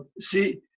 see